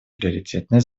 приоритетной